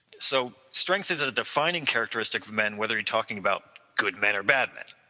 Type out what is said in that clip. so strength is a defining characteristic for men whether you're talking about good men or bad men